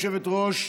גברתי היושבת-ראש,